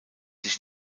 sich